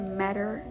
matter